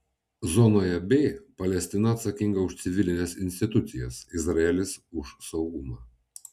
zonoje b palestina atsakinga už civilines institucijas izraelis už saugumą